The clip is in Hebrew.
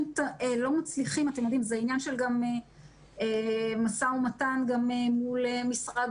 זה עניין של גם משא ומתן מול משרד